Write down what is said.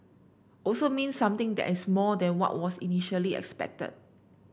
also means something that is more than what was initially expected